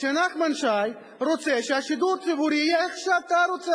שנחמן שי רוצה שהשידור הציבורי יהיה איך שהוא רוצה,